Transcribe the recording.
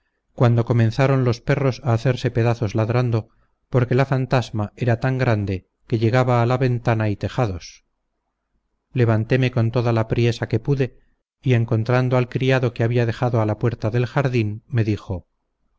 cuando comenzaron los perros a hacerse pedazos ladrando porque la fantasma era tan grande que llegaba a la ventana y tejados levantéme con toda la priesa que pude y encontrando al criado que había dejado a la puerta del jardín me dijo